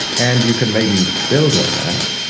and you can maybe build on that.